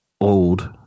old